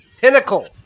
pinnacle